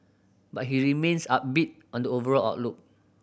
but he remains upbeat on the overall outlook